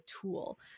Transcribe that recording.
tool